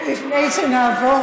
לפני שנעבור